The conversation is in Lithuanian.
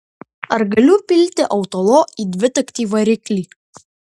ar galiu pilti autolo į dvitaktį variklį